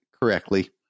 correctly